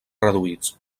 reduïts